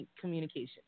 communication